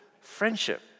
friendship